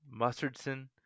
Mustardson